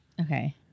Okay